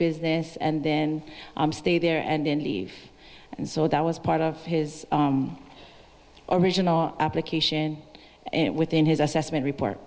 business and then stay there and then leave and so that was part of his original application and within his assessment report